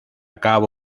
cabo